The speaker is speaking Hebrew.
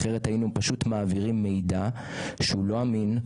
אחרת היינו מעבירים מידע לא אמין,